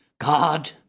God